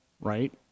right